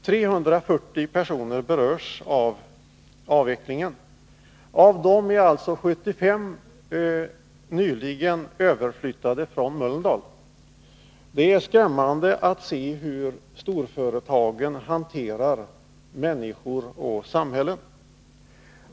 340 personer berörs av avvecklingen. Av dem är som sagt 75 nyligen överflyttade från Mölndal. Det är skrämmande att se hur storföretagen hanterar människor och samhällen.